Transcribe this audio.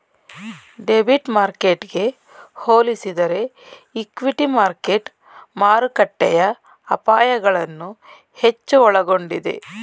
debit ಮಾರ್ಕೆಟ್ಗೆ ಹೋಲಿಸಿದರೆ equity market ಮಾರುಕಟ್ಟೆಯ ಅಪಾಯಗಳನ್ನು ಹೆಚ್ಚು ಒಳಗೊಂಡಿದೆ